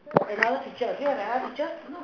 another picture do you have another picture